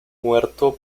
muerto